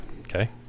okay